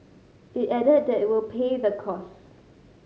it added that it will pay the costs